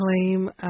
claim